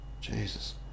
Jesus